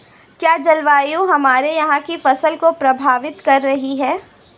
क्या जलवायु हमारे यहाँ की फसल को प्रभावित कर रही है?